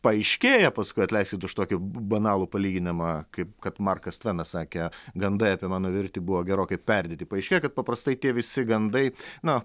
paaiškėja paskui atleiskit už tokį b banalų palyginimą kaip kad markas tvenas sakė gandai apie mano mirtį buvo gerokai perdėti paaiškėja kad paprastai tie visi gandai nu